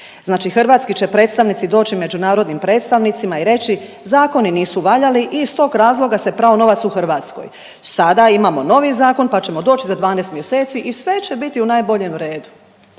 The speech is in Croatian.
Znači hrvatski će predstavnici doći međunarodnim predstavnicima i reći zakoni nisu valjali i iz tog razloga se prao novac u Hrvatskoj. Sada imamo novi zakon pa ćemo doći za 12 mjeseci i sve će biti u najboljem redu.